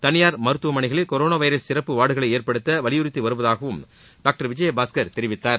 தனியார் மருத்துவமனைகளில் corona virus சிறப்பு வார்டுகளை ஏற்படுத்த வலியுறுத்தி வருவதாகவும் டாக்டர் விஜயபாஸ்கர் தெரிவித்த்தார்